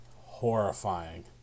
horrifying